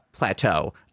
plateau